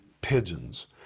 pigeons